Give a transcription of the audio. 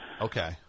Okay